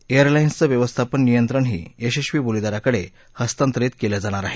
एअरलाईनचं व्यवस्थापन नियंत्रणही यशस्वी बोलीदाराकडे हस्तांतरीत केलं जाणार आहे